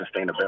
sustainability